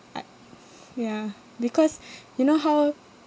I ya because you know how